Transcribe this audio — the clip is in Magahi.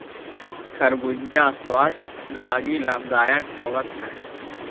खरबूजा स्वास्थ्य लागी लाभदायक होब हई